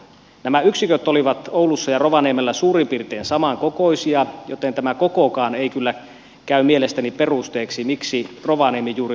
nämä yksiköt olivat oulussa ja rovaniemellä suurin piirtein samankokoisia joten tämä kokokaan ei kyllä käy mielestäni perusteeksi sille miksi juuri rovaniemi lakkautetaan